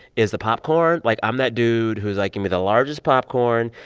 is the popcorn. like, i'm that dude who's, like, give me the largest popcorn,